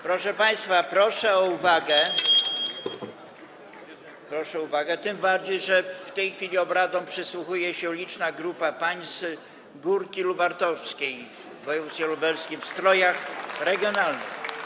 Proszę państwa, proszę o uwagę, [[Gwar na sali, dzwonek]] tym bardziej że w tej chwili obradom przysłuchuje się liczna grupa pań z Górki Lubartowskiej w województwie lubelskim w strojach regionalnych.